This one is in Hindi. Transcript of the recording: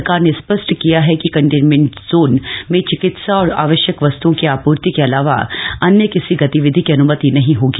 सरकार ने स्पष्ट किया है कि कंटेन्मेंट क्षेत्र में चिकित्सा और आवश्यक वस्तुओं की आपूर्ति के अलावा अन्य किसी गतिविधि की अन्मति नहीं होगी